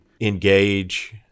engage